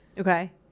Okay